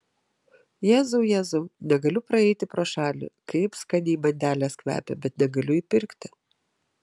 jėzau jėzau negaliu praeiti pro šalį kaip skaniai bandelės kvepia bet negaliu įpirkti